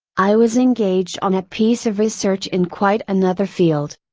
i was engaged on a piece of research in quite another field.